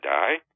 die